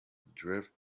drift